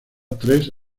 tres